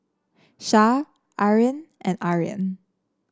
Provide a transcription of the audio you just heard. Shah Aryan and Aryan